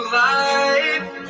life